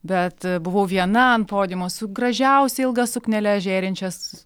bet buvau viena ant podiumo su gražiausia ilga suknele žėrinčias